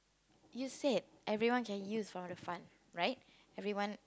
you said everyone can use from the fund right everyone